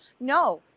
no